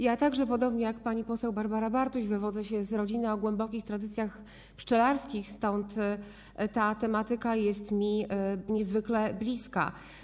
Ja także, podobnie jak pani poseł Barbara Bartuś, wywodzę się z rodziny o głębokich tradycjach pszczelarskich, stąd ta tematyka jest mi niezwykle bliska.